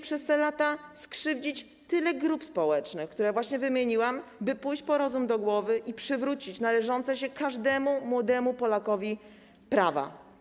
Przez te lata musieliście skrzywdzić tyle grup społecznych, które właśnie wymieniłam, by pójść po rozum do głowy i przywrócić należące się każdemu młodemu Polakowi prawa.